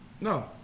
No